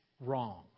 wrong